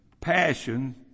passion